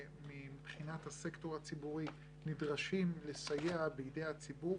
שמבחינת הסקטור הציבורי נדרשים לסייע בידי הציבור.